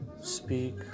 speak